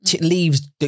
Leaves